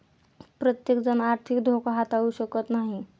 प्रत्येकजण आर्थिक धोका हाताळू शकत नाही